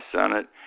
Senate